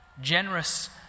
Generous